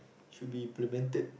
should be implemented